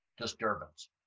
disturbance